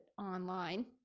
online